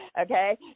Okay